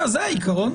זה העיקרון.